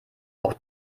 auch